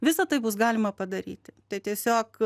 visa tai bus galima padaryti tai tiesiog